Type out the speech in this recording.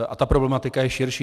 A ta problematika je širší.